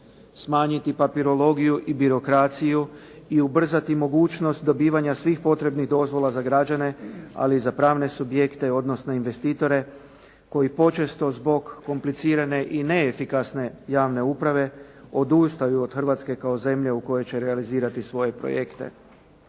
Smanjiti papirologiju i birokraciju i ubrzati mogućnost dobivanja svih potrebnih dozvola za građane, ali i za pravne subjekte, odnosno investitore koji počesto zbog komplicirane i neefikasne javne uprave odustaju od Hrvatske kao zemlje u kojoj će realizirati svoje projekte.